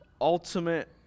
ultimate